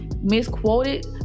misquoted